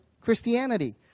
Christianity